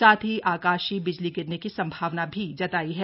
साथ ही आकाशीय बिजली गिरने की संभावना भी जताई है